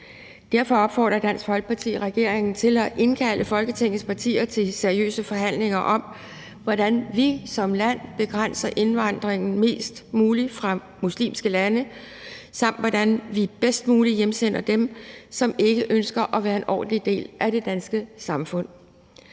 Derfor opfordrer Dansk Folkeparti regeringen til at indkalde Folketingets partier til seriøse forhandlinger om, hvordan vi som land begrænser indvandringen fra muslimske lande mest muligt, samt hvordan vi bedst muligt hjemsender dem, som ikke ønsker at være en ordentlig del af det danske samfund.